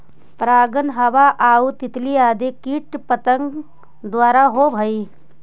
परागण हवा आउ तितली आदि कीट पतंग द्वारा होवऽ हइ